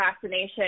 fascination